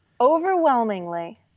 Overwhelmingly